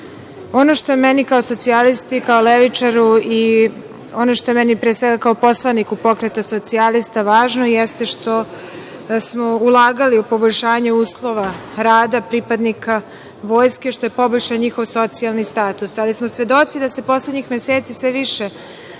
što je meni kao socijalisti, kao levičaru i ono što je meni, pre svega, kao poslaniku Pokreta socijalista važno jeste što smo ulagali u poboljšanje uslova rada pripadnika vojske što je poboljšalo njihov socijalni status, ali smo svedoci da se poslednjih meseci sve više dešavaju